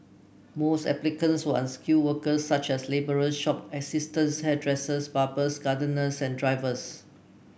most applicants were unskilled workers such as labourers shop assistants hairdressers barbers gardeners and drivers